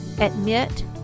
admit